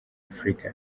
afurika